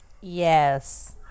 Yes